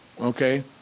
Okay